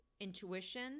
intuition